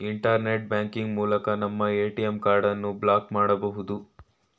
internet banking ಮೂಲಕ ನಮ್ಮ ATM ಕಾರ್ಡನ್ನು ಬ್ಲಾಕ್ ಮಾಡಬೊದು